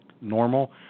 normal